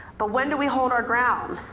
but when do we hold our ground?